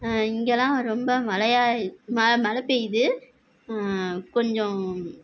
இங்கேலாம் ரொம்ப மழையாக ம மழை பெய்யுது கொஞ்சம்